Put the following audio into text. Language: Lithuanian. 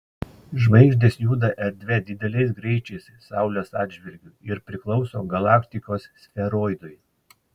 žvaigždės juda erdve dideliais greičiais saulės atžvilgiu ir priklauso galaktikos sferoidui